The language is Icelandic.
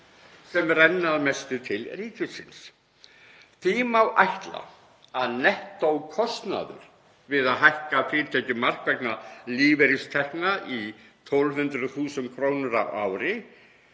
sem renna að mestu til ríkisins. Því má ætla að nettó kostnaður við að hækka frítekjumark vegna lífeyristekna í 1.200.00 kr. sé nær